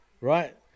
Right